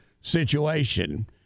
situation